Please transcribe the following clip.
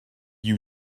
you